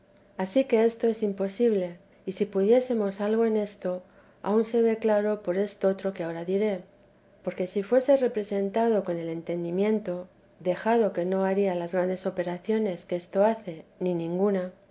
ansí que esto es imposible y si pudiésemos algo en esto aun se ve claro por estotro que ahora diré porque si fuese representado con el entendimiento dejado que no haría las grandes operaciones que esto hace ni ninguna